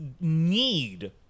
need